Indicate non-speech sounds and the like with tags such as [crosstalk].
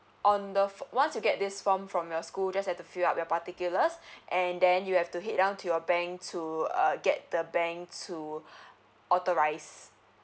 on the fo~ once you get this form from your school just have to fill up your particulars [breath] and then you have to head down to your bank to uh get the bank to [breath] authorise